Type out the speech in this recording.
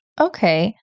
okay